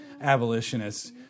abolitionists